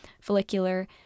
follicular